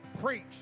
preach